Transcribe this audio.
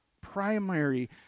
primary